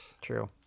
True